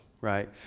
right